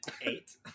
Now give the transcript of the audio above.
Eight